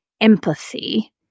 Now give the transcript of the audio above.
empathy